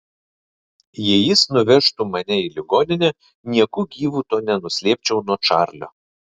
jei jis nuvežtų mane į ligoninę nieku gyvu to nenuslėpčiau nuo čarlio